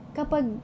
kapag